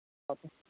okay